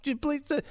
please